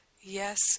Yes